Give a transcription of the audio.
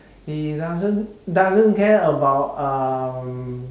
he doesn't doesn't care about um